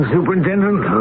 Superintendent